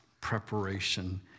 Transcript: preparation